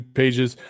pages